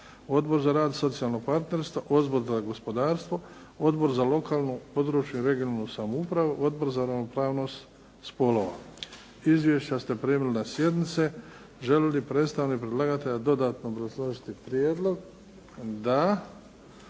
Odbor za rad i socijalno partnerstvo, Odbor za gospodarstvo, Odbor za lokalnu, područnu i regionalnu samoupravu, Odbor za ravnopravnost spolova. Izvješća ste primili na sjednice. Želi li predstavnik predlagatelja dodatno obrazložiti prijedlog? Da.